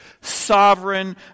sovereign